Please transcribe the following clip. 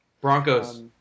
Broncos